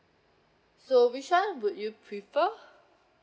so which one would you prefer